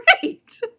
great